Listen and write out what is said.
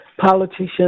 politicians